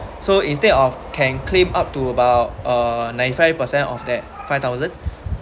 so instead of can claim up to about uh ninety five percent of that five thousand